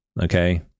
Okay